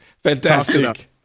Fantastic